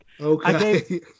Okay